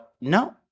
no